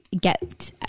get